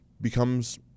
becomes